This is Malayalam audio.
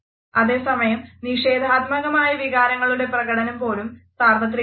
അതേസമയം നിഷേധാത്മകമായ വികാരങ്ങളുടെ പ്രകടനം പോലും സാർവത്രികമല്ല